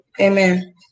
Amen